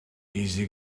easy